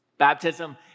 Baptism